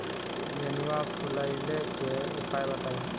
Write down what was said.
नेनुआ फुलईले के उपाय बताईं?